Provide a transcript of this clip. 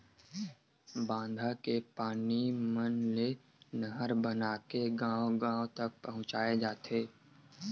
बांधा के पानी मन ले नहर बनाके गाँव गाँव तक पहुचाए जाथे